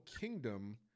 kingdom